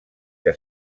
que